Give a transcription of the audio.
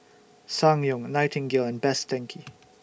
Ssangyong Nightingale and Best Denki